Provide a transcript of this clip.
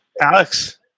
Alex